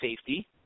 safety